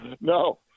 No